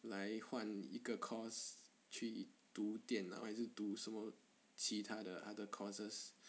来换一个 course 去读电脑还是读什么其他的 other courses